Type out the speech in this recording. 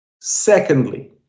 Secondly